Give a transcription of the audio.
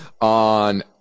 on